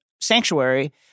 Sanctuary